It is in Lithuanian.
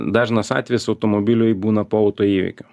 dažnas atvejis automobiliui būna po autoįvykio